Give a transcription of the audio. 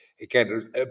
Again